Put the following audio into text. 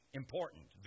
important